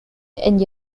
and